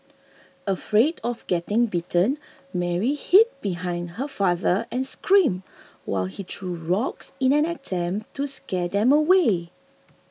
afraid of getting bitten Mary hid behind her father and screamed while he threw rocks in an attempt to scare them away